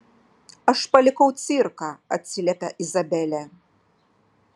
aš palikau cirką atsiliepia izabelė